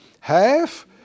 half